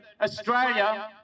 Australia